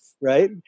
Right